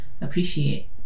appreciate